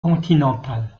continental